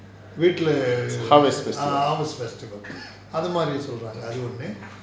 harvest festival